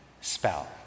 spell